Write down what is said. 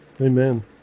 Amen